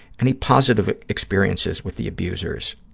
any positive experiences with the abusers?